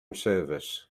service